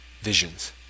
visions